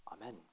Amen